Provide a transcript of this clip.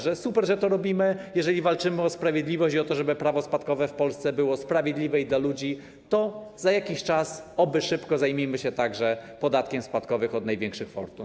Że super, że to robimy, ale jeżeli walczymy o sprawiedliwość i o to, żeby prawo spadkowe w Polsce było sprawiedliwe i dla ludzi, to za jakiś czas - oby szybko - zajmijmy się także podatkiem spadkowym od największych fortun.